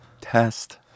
Test